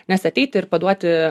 nes ateiti ir paduoti